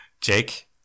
jake